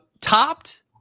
topped